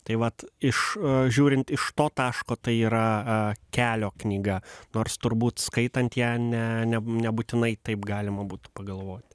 tai vat iš žiūrint iš to taško tai yra kelio knyga nors turbūt skaitant ją ne ne nebūtinai taip galima būtų pagalvoti